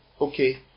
okay